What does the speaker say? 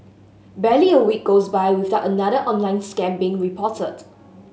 barely a week goes by without another online scam being reported